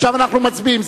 עכשיו אנחנו מצביעים.